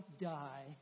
die